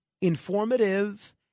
informative